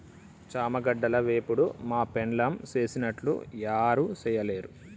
చామగడ్డల వేపుడు మా పెండ్లాం సేసినట్లు యారు సెయ్యలేరు